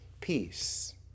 peace